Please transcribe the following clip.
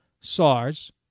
SARS